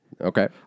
Okay